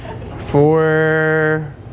four